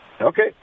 Okay